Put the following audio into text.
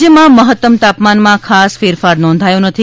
રાજ્યમાં મહત્તમ તાપમાનમાં ખાસ ફેરફાર નોંધાયો નથી